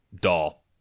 doll